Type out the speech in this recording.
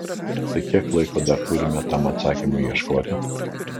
tai kiek laiko dar turime tam atsakymui ieškoti